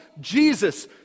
Jesus